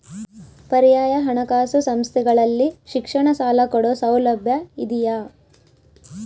ಪರ್ಯಾಯ ಹಣಕಾಸು ಸಂಸ್ಥೆಗಳಲ್ಲಿ ಶಿಕ್ಷಣ ಸಾಲ ಕೊಡೋ ಸೌಲಭ್ಯ ಇದಿಯಾ?